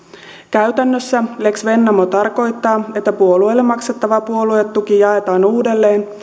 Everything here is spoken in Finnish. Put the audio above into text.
käytännössä lex vennamo tarkoittaa että puolueille maksettava puoluetuki jaetaan uudelleen